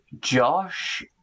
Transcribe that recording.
Josh